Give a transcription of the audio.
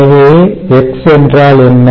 எனவே X என்றால் என்ன